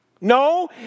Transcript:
No